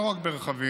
ולא רק ברכבים